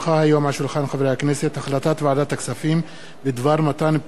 בדבר מתן פטור ממס לפי סעיף 37 לחוק מס ערך מוסף,